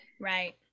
Right